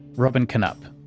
robin canup.